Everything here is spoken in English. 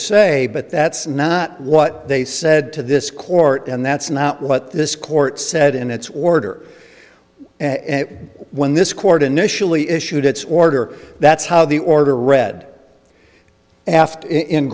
say but that's not what they said to this court and that's not what this court said in its order and when this court initially issued its order that's how the order read after in